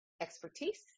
expertise